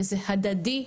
וזה הדדי.